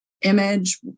image